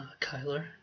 Kyler